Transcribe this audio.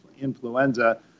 influenza